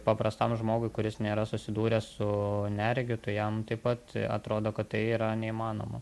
paprastam žmogui kuris nėra susidūręs su neregiu tai jam taip pat atrodo kad tai yra neįmanoma